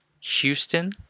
Houston